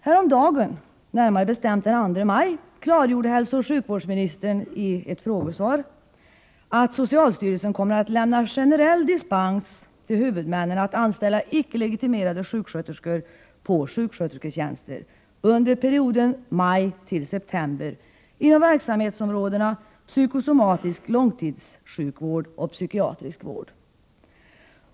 Häromdagen — närmare bestämt den 2 maj — klargjorde hälsooch sjukvårdsministern i ett frågesvar, att socialstyrelsen kommer att lämna generell dispens till huvudmännen för att anställa icke legitimerade sjuksköterskor på sjukskötersketjänster under perioden maj-september inom verksamhetsområdena psykosomatisk långtidssjukvård och psykiatrisk vård.